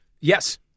Yes